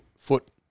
foot